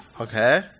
okay